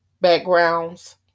backgrounds